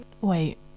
Wait